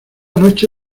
noche